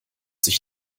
sich